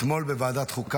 15 דקות.